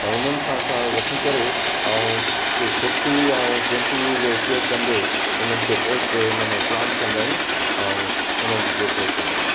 त उन्हनि खां असां वठी करे ऐं उहा खुर्पी ऐं कैंची जो उपयोग कंदे पोइ हुन में प्लांट कंदा आहियूं ऐं उन्हनि जी देखरेख कंदा आहियूं